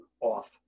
off